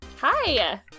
Hi